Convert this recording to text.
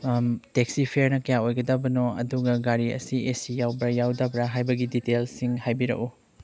taxi ꯐꯤꯌꯔꯅ ꯀꯌꯥ ꯑꯣꯏꯒꯗꯕꯅꯣ ꯑꯗꯨꯒ ꯒꯥꯔꯤ ꯑꯁꯤ ꯑꯦ ꯁꯤ ꯌꯥꯎꯕ꯭ꯔ ꯌꯥꯎꯗꯕ꯭ꯔ ꯍꯥꯏꯕꯒꯤ ꯗꯤꯇꯦꯜꯁꯤꯡ ꯍꯥꯏꯕꯤꯔꯛꯎ